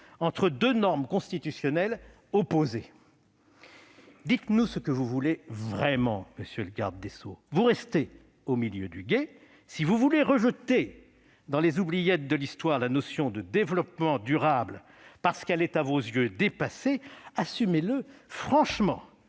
entre deux normes constitutionnelles opposées ? Dites-nous ce que vous voulez vraiment, monsieur le garde des sceaux ! Vous restez au milieu du gué. Si vous voulez rejeter dans les oubliettes de l'histoire la notion de développement durable, parce qu'elle est à vos yeux dépassée, assumez-le franchement